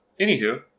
Anywho